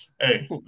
hey